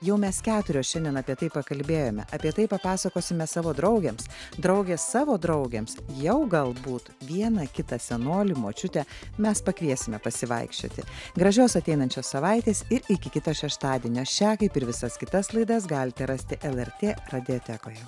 jau mes keturios šiandien apie tai pakalbėjome apie tai papasakosime savo draugėms draugės savo draugėms jau galbūt vieną kitą senolį močiutę mes pakviesime pasivaikščioti gražios ateinančios savaitės ir iki kito šeštadienio šią kaip ir visas kitas laidas galite rasti lrt radiotekoje